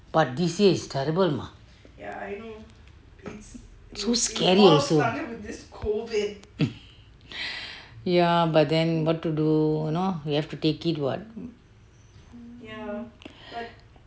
but this year is terrible mah so scary also ya but then what to do we have to take it [what]